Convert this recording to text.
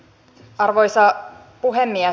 arvoisa puhemies